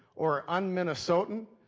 or unminnesotan?